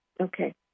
Okay